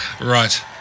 right